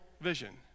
vision